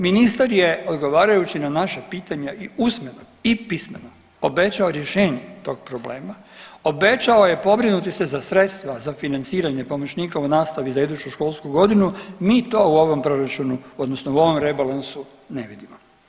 Ministar je odgovarajući na naša pitanja i usmeno i pismeno obećao rješenje tog problema, obećao je pobrinuti se za sredstva za financiranje pomoćnika u nastavi za iduću školsku godinu, mi to u ovom proračunu odnosno u ovom rebalansu ne vidimo.